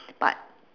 but